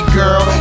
girl